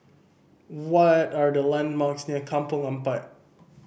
what are the landmarks near Kampong Ampat